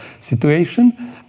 situation